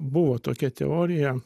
buvo tokia teorija